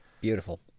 Beautiful